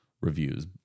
reviews